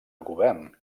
govern